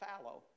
fallow